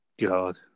God